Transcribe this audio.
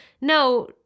no